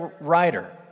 writer